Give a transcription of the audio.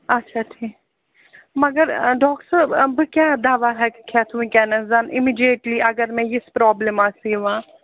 اچھا ٹھیٖک مگر ڈاکٹر صٲب بہٕ کیٛاہ دَوا ہیٚکہٕ کھٮ۪تھ وٕنکیٚنَس زَن اِمِجیٹلی اگر مےٚ یِژھ پرٛابلِم آسہِ یِوان